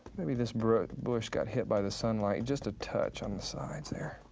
maybe this bush bush got hit by the sunlight just a touch on the sides there,